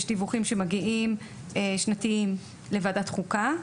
יש דיווחים שנתיים שמגיעים לוועדת חוקה.